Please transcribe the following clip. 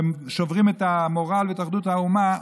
והם שוברים את המורל ואת אחדות האומה,